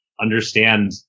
understand